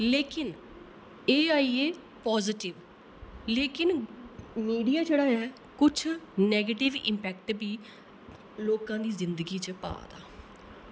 लेकिन एह् आइये पाजिटिव लेकिन मीडिया जेह्ड़ा ऐ कुछ नेगेटिव इम्पैक्ट बी लोकां दी जिंदगी च पादा